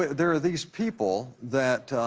there are these people that